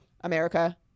America